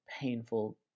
painful